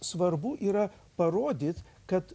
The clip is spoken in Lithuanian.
svarbu yra parodyt kad